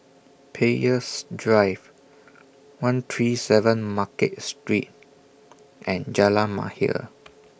Peirce Drive one three seven Market Street and Jalan Mahir